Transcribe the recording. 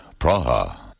Praha